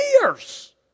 years